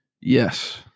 yes